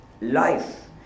life